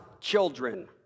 children